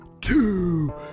two